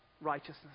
righteousness